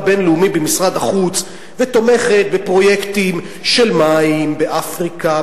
בין-לאומי במשרד החוץ ותומכת בפרויקטים של מים באפריקה,